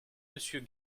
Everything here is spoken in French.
monsieur